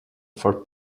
for